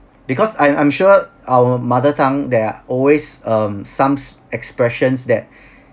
because I I'm sure our mother tongue there are always um somes expressions that